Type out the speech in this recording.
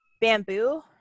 bamboo